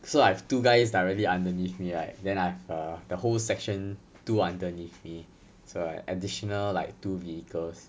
so I have two guys directly underneath me right then I err the whole section two underneath me so like additional like two vehicles